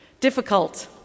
difficult